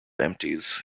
empties